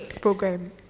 program